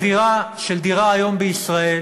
מחירה של דירה בישראל